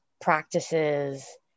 practices